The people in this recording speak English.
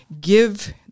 Give